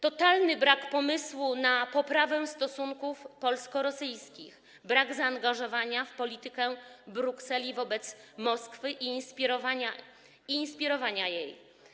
Totalny brak pomysłu na poprawę stosunków polsko-rosyjskich, brak zaangażowania w politykę Brukseli wobec Moskwy i inspirowania jej.